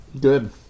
Good